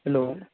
hello